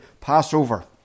Passover